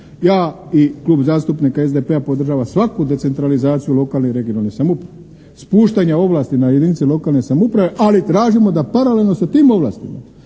Ja i Klub zastupnika SDP-a podržava svaku decentralizaciju lokalne i regionalne samouprave, spuštanje ovlasti na jedinice lokalne samouprave, ali tražimo da paralelno sa tim ovlastima